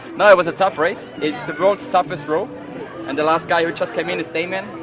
no it was a tough race it's the world's toughest row and the last guy who just came in is damien.